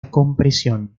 compresión